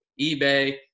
eBay